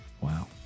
Wow